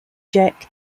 jack